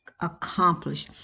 accomplish